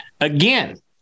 Again